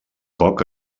poc